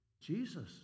Jesus